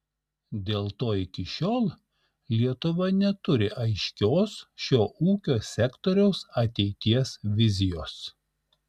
dėl to iki šiol lietuva neturi aiškios šio ūkio sektoriaus ateities vizijos